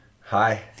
Hi